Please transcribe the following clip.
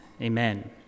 Amen